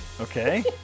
Okay